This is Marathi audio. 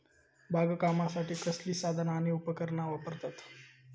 बागकामासाठी कसली साधना आणि उपकरणा वापरतत?